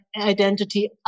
identity